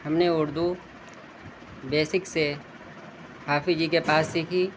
ہم نے اردو بیسک سے حافظ جی کے پاس سیکھی